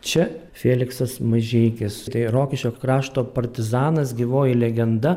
čia fėliksas mažeikis tai rokiškio krašto partizanas gyvoji legenda